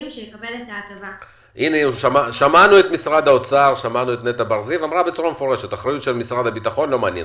נטע בר זיו ממשרד האוצר שאמרה שזאת האחריות של משרד הביטחון.